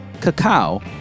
cacao